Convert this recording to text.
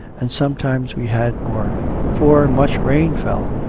and sometimes we had more for much rain fell,